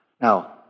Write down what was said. Now